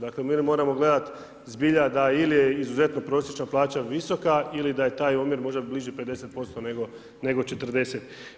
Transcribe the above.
Dakle mi moramo gledati zbilja ili je izuzetno prosječna plaća visoka ili daje taj omjer možda bliži 50% nego 40.